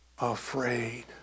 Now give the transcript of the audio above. afraid